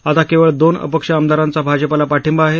आता केवळ दोन अपक्ष आमदारांचा भाजपाला पाठिंबा आहे